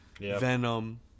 venom